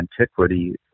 antiquity